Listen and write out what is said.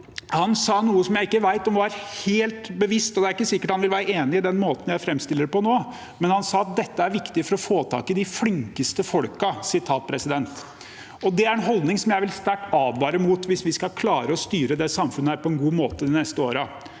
sa noe som jeg ikke vet om var helt bevisst, og det er ikke sikkert han vil være enig i den måten jeg framstiller det på nå. Han sa at dette er viktig for å få tak i «de flinkeste folkene». Det er en holdning som jeg vil advare sterkt mot, hvis vi skal klare å styre samfunnet på en god måte de neste årene.